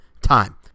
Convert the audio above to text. time